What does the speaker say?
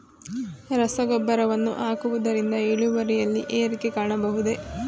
ರಸಗೊಬ್ಬರವನ್ನು ಹಾಕುವುದರಿಂದ ಇಳುವರಿಯಲ್ಲಿ ಏರಿಕೆ ಕಾಣಬಹುದೇ?